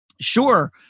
sure